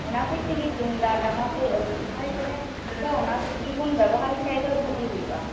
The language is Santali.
ᱚᱱᱟ ᱠᱚᱭᱤᱡ ᱛᱮᱜᱮ ᱛᱩᱢᱫᱟᱜ ᱴᱟᱢᱟᱠ ᱠᱚ ᱟᱵᱚ ᱥᱚᱨᱦᱟᱭ ᱠᱚᱨᱮ ᱫᱚ ᱚᱱᱟᱠᱚᱭᱤᱡ ᱜᱮᱵᱚᱱ ᱵᱮᱵᱚᱦᱟᱨ ᱞᱮᱠᱷᱟᱡ ᱫᱚ ᱵᱷᱟ ᱜᱤ ᱦᱩᱭᱩᱜᱼᱟ